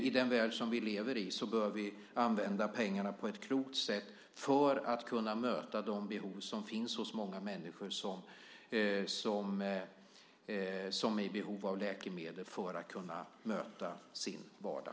I den värld som vi lever i bör vi använda pengarna på ett klokt sätt för att kunna tillgodose de behov som finns hos många människor som är i behov av läkemedel för att kunna möta sin vardag.